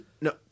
No